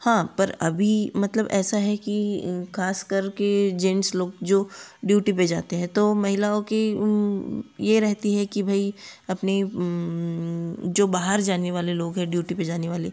हाँ पर अभी मतलब ऐसा है कि खासकर के जेंट्स लोग जो जो ड्यूटी पर जाते हैं तो महिलाओं की ये रहती है कि भाई अपनी जो बाहर जाने वाले लोग है ड्यूटी पर जाने वाले